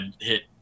hit